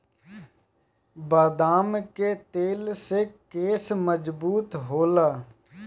बदाम के तेल से केस मजबूत होला